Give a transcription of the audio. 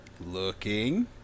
Looking